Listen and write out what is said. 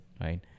right